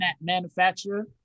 manufacturer